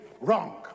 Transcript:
Wrong